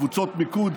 קבוצות מיקוד,